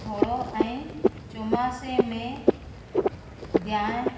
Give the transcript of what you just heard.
थोरो ऐं चौमासे में ध्यानु